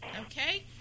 Okay